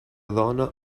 dóna